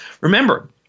Remember